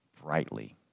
brightly